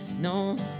No